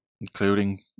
including